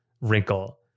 wrinkle